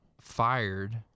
fired